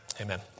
Amen